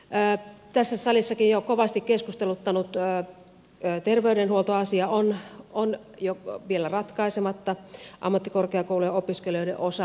tässä salissakin jo kovasti keskusteluttanut terveydenhuoltoasia on vielä ratkaisematta ammattikorkeakoulujen opiskelijoiden osalta